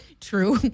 True